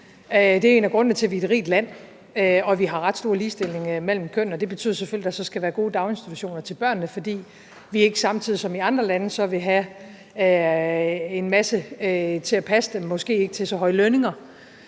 Det er en af grundene til, at vi er et rigt land, og at vi har en ret høj grad af ligestilling mellem kønnene, og det betyder selvfølgelig, at der så skal være gode daginstitutioner til børnene, fordi vi så samtidig ikke som i andre lande vil have en masse mennesker til at passe dem til måske ikke så høje lønninger.